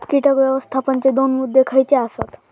कीटक व्यवस्थापनाचे दोन मुद्दे खयचे आसत?